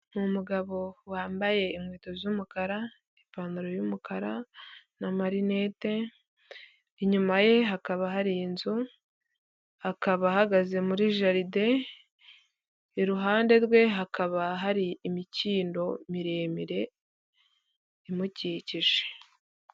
Ni umugabo wambaye inkweto z'umukara ipantaro y'umukara n'amarinete inyuma ye hakaba hari inzu, akaba ahagaze muri jaride iruhande rwe hakaba hari imikindo miremire imukikije.